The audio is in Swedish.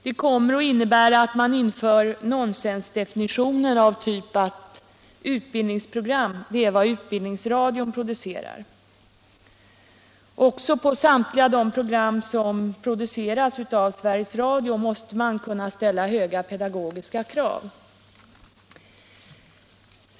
Det kommer att innebära att man inför nonsensdefinitioner av typen utbildningsprogram, det är vad utbildningsradion producerar. Också på samtliga program som produceras av Sveriges Radio måste man kunna ställa höga pedagogiska krav.